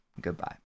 Goodbye